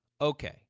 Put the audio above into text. okay